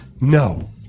No